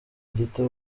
gito